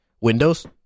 Windows